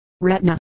retina